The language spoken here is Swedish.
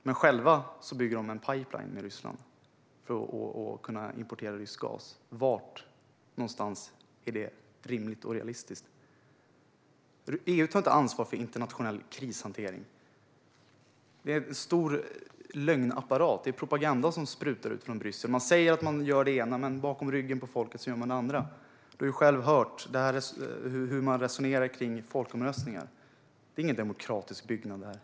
Men själva bygger de en pipeline med Ryssland för att kunna importera rysk gas. Var någonstans är det rimligt och realistiskt? EU tar inte ansvar för internationell krishantering. Det är en stor lögnapparat. Det är propaganda som sprutar ur från Bryssel. Man säger att man gör det ena, men bakom ryggen på folket gör man det andra. Du har själv hört hur man resonerar kring folkomröstningar. Det är inte någon demokratisk byggnad.